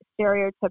stereotypical